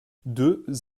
deux